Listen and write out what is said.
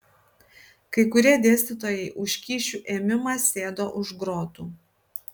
kai kurie dėstytojai už kyšių ėmimą sėdo už grotų